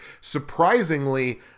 surprisingly